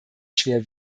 schwer